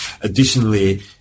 Additionally